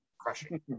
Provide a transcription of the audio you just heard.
Crushing